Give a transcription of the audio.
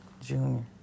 Junior